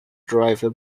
driver